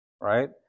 right